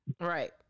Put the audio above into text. Right